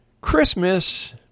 Christmas